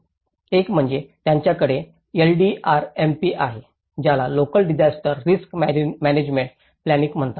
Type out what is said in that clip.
एक म्हणजे त्यांच्याकडे एलडीआरएमपी आहे ज्याला local disaster risk management planning म्हणतात